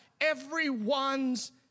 everyone's